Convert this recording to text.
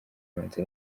abanza